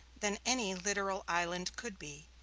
than any literal island could be,